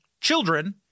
children